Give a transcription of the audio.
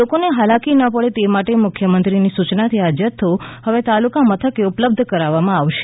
લોકોને હાલાકી ન પડે તે માટે મુખ્યમંત્રીની સુચનાથી આ જથ્થો હવે તાલુકા મથકે ઉપલબ્ધ કરાવવામાં આવશે